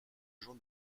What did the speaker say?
jean